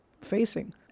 facing